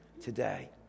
today